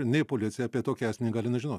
nei policija apie tokį asmenį negali nežinot